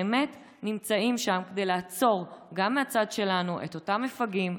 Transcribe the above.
נמצאים שם כדי לעצור גם מהצד שלנו את אותם מפגעים,